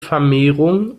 vermehrung